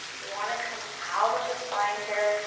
we wanna come out of the spine here,